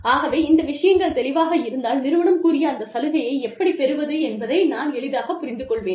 ஆகவே இந்த விஷயங்கள் தெளிவாக இருந்தால் நிறுவனம் கூறிய அந்த சலுகையை எப்படி பெறுவது என்பதை நான் எளிதாகப் புரிந்து கொள்வேன்